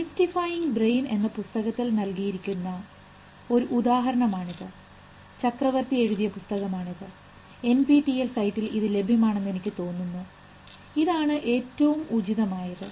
demystifying brain എന്ന പുസ്തകത്തിൽ നൽകിയിരിക്കുന്ന എന്ന ഒരു ഉദാഹരണമാണിത് ചക്രവർത്തി എഴുതിയ പുസ്തകമാണ് ഇത് NPTEL സൈറ്റിൽ ഇത് ലഭ്യമാണെന്നും എനിക്ക് തോന്നുന്നു ഇതാണ് ആണ് ഏറ്റവും ഉചിതമായത്